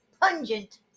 pungent